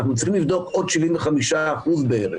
אנחנו צריכים לבדוק עוד 75% בערך.